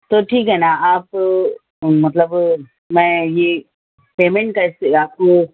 تو ٹھیک ہے نہ آپ مطلب میں یہ پیمینٹ کیسے آپ کو